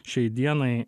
šiai dienai